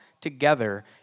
together